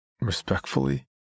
respectfully